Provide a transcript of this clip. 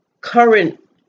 current